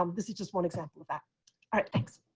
um this is just one example of that. i mean